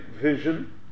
vision